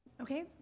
Okay